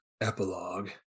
epilogue